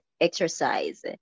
exercise